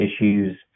issues